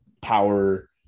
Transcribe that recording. power